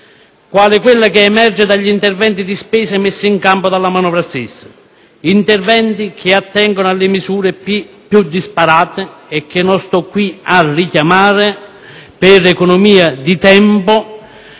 quale quella che emerge dagli interventi di spesa messi in campo dalla manovra stessa. Tali interventi attengono alle misure più disparate, e non sto qui a richiamarle per economia di tempo,